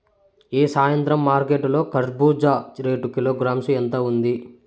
ఈ సాయంత్రం మార్కెట్ లో కర్బూజ రేటు కిలోగ్రామ్స్ ఎంత ఉంది?